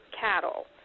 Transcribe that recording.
cattle